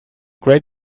great